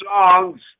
songs